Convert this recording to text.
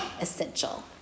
essential